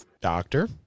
Doctor